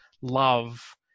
love